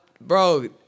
Bro